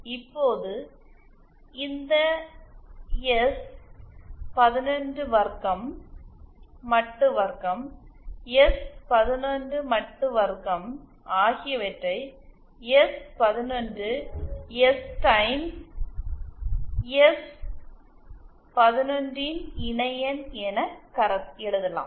இப்போது இந்த எஸ் 11 வர்க்கம் மட்டு வர்க்கம் எஸ் 11 மட்டு வர்க்கம் ஆகியவற்றை எஸ் 11 எஸ் டைம்ஸ் எஸ் 11 ன் இணைஎண் என எழுதலாம்